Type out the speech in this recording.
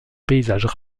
paysage